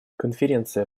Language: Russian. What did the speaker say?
конференция